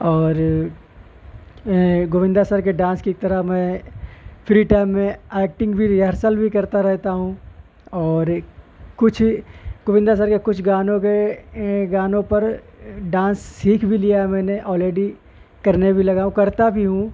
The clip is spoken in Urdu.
اور گووندا سر کے ڈانس کی طرح میں فری ٹائم میں ایکٹنگ بھی ریہرسل بھی کرتا رہتا ہوں اور کچھ گووندا سر کا کچھ گانوں کے گانوں پر ڈانس سیکھ بھی لیا ہے میں نے آلریڈی کرنے بھی لگا ہوں اور کرتا بھی ہوں